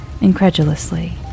incredulously